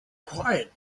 quiet